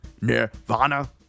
Nirvana